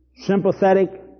sympathetic